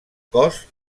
cos